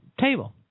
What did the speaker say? table